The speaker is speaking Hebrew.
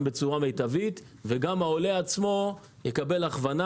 בצורה מטבית וגם העולה עצמו יקבל הכוונה.